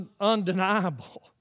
undeniable